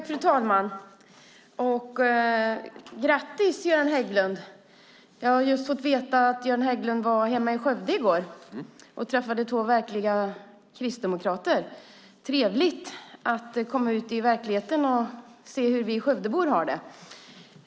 Fru talman! Jag vill säga grattis till Göran Hägglund. Jag har just fått veta att Göran Hägglund var hemma i Skövde i går och träffade två verkliga kristdemokrater. Trevligt att han kommer ut i verkligheten och ser hur vi Skövdebor har det.